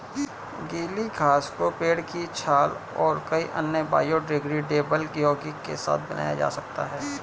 गीली घास को पेड़ की छाल और कई अन्य बायोडिग्रेडेबल यौगिक के साथ बनाया जा सकता है